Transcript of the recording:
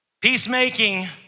Peacemaking